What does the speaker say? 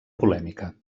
polèmica